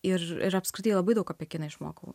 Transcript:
ir ir apskritai labai daug apie kiną išmokau